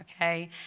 okay